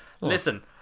Listen